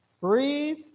breathe